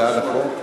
בעד, נכון?